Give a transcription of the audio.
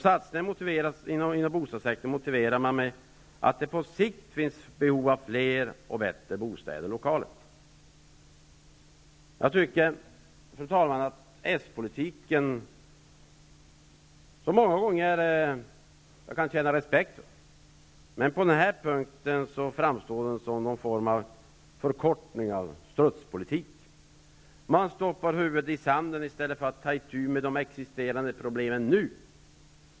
Satsningen inom bostadssektorn motiverar man med att på sikt finns behov av fler och bättre bostäder och lokaler. Jag kan, fru talman många gånger känna respekt för s-politiken, men på den här punkten framstår den som en förkortning för strutspolitik. Man stoppar huvudet i sanden i stället för att ta itu med existerande problem nu.